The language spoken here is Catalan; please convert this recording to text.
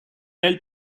ell